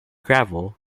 gravel